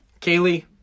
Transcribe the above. Kaylee